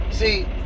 See